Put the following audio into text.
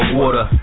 water